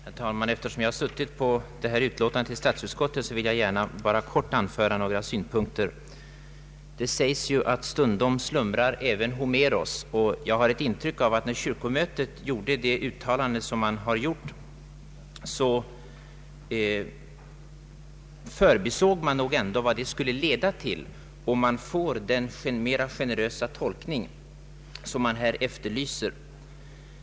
Herr talman! Eftersom jag deltagit i behandlingen av detta ärende i statsutskottet vill jag helt kort anföra några synpunkter. Det sägs att stundom slumrar även Homeros. Jag har ett intryck av att när kyrkomötet gjorde sitt uttalande i denna fråga, förbisåg man vad det skulle leda till, om man får den mera generösa tolkning av dispensmöjligheten beträffande religionsundervisning som här efterlyses.